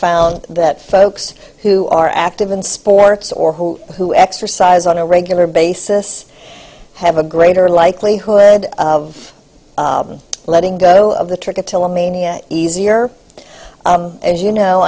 found that folks who are active in sports or who who exercise on a regular basis have a greater likelihood of letting go of the trick until mania easier as you know